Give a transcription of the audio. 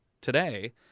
today